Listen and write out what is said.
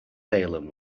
salem